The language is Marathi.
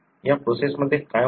या प्रोसेस मध्ये काय होते